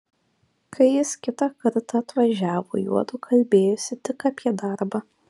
kai jis kitą kartą atvažiavo juodu kalbėjosi tik apie darbą